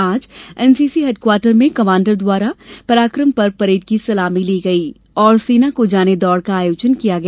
आज NCC headquarter में commander द्वारा पराकम पर्व परेड की सलामी ली गई और सेना को जाने दौड़ का आयोजन किया गया